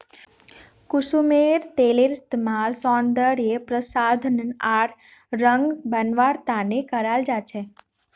कुसुमेर तेलेर इस्तमाल सौंदर्य प्रसाधन आर रंग बनव्वार त न कराल जा छेक